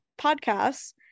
podcasts